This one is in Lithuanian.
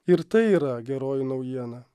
ir tai yra geroji naujiena